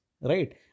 right